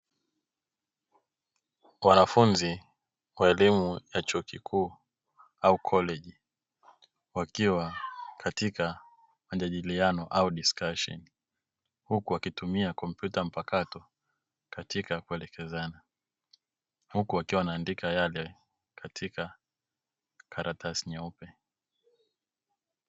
Wanafunzi wa elimu ya chuo kikuu au koleji wakiwa katika majadiliano au diskasheni, huku wakitumia kompyuta mpakato katika kulekezana huku wakiwa wanaandika katika karatasi nyeupe.